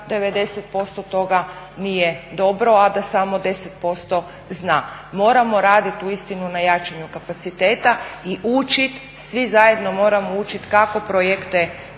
90% toga nije dobro, a da samo 10% zna. Moramo raditi uistinu na jačanju kapaciteta, i učiti, svi zajedno moramo učiti kako projekte